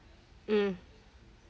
mm